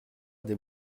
des